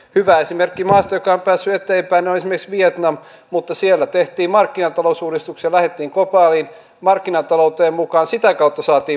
hyvä esimerkki maasta joka on päässyt eteenpäin on vietnam mutta siellä tehtiin markkinatalousuudistuksia lähdettiin globaaliin markkinatalouteen mukaan sitä kautta saatiin maa nousuun